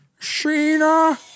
Sheena